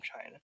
China